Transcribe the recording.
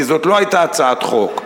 כי זאת לא היתה הצעת חוק.